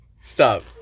Stop